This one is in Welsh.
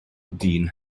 dyn